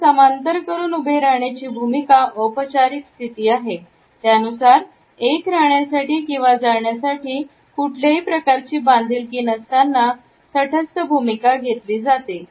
पाय समांतर करून उभे राहण्याची भूमिकाऔपचारिक स्थिती आहे त्यानुसार एक राहण्यासाठी किंवा जाण्यासाठी कुठल्याही प्रकारची बांधिलकी नसताना तटस्थ भूमिका घेतली जाते